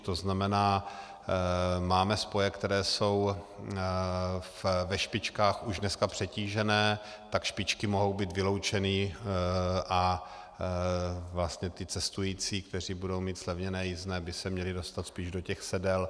To znamená, máme spoje, které jsou ve špičkách už dneska přetížené, tak špičky mohou být vyloučeny a vlastně cestující, kteří budou mít zlevněné jízdné, by se měli dostat spíš do těch sedel.